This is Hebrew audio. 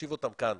מושיב אותם כאן,